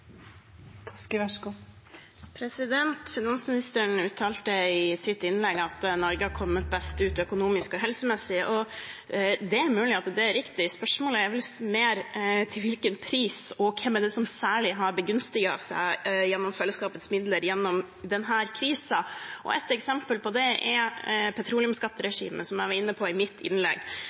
kommet best ut økonomisk og helsemessig. Det er mulig at det er riktig; spørsmålet er vel mer til hvilken pris, og hvem det er som særlig har begunstiget seg ved hjelp av fellesskapets midler gjennom denne krisen. Ett eksempel på det er petroleumsskatteregimet, som jeg var inne på i mitt innlegg.